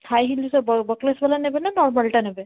high ହିଲ୍ସର buckles ବାଲା ନେବେ ନା ନର୍ମାଲ୍ଟା ନେବେ